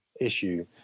issue